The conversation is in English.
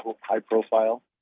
high-profile